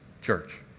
church